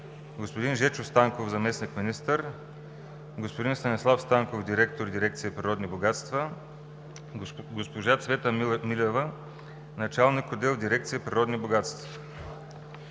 господин Жечо Станков – заместник-министър, господин Станислав Станков – директор на дирекция „Природни богатства“, госпожа Цвета Милева – началник-отдел в дирекция „Природни богатства“.